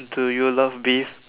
do you love beef